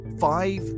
five